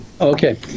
Okay